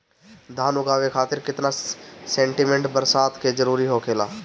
धान उगावे खातिर केतना सेंटीमीटर बरसात के जरूरत होखेला?